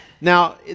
now